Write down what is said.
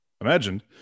imagined